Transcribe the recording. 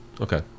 okay